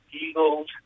eagles